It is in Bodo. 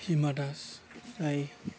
हिमा दास फ्राय